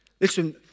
Listen